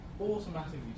automatically